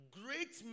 great